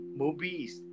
movies